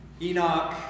Enoch